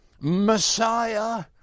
Messiah